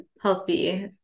healthy